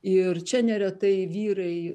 ir čia neretai vyrai